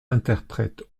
interprète